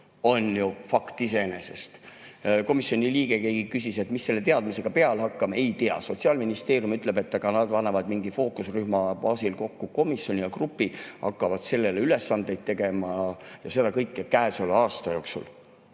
on ju fakt iseenesest. Keegi komisjoni liikmetest küsis, et mis selle teadmisega peale hakkame. Ei tea! Sotsiaalministeerium ütleb, et aga nad panevad mingi fookusrühma baasil kokku komisjoni ja grupi, hakkavad sellele ülesandeid tegema, ja seda kõike käesoleva aasta jooksul. Samas